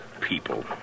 people